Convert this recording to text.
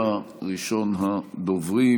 אדוני היושב-ראש,